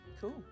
Cool